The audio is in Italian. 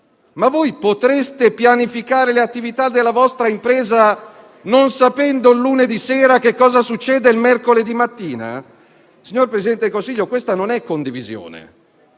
Potreste pianificare le attività della vostra impresa, non sapendo il lunedì sera cosa succede il mercoledì mattina? Signor Presidente del Consiglio, questa non è condivisione;